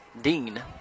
Dean